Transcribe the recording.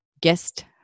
guest